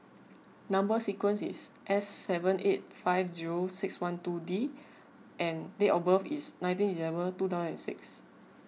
Number Sequence is S seven eight five zero six one two D and date of birth is nineteen December two thousand six